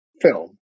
film